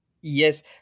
Yes